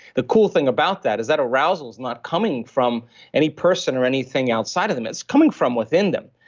the cool thing about that is that arousal is not coming from any person or anything outside of them. it's coming from within them.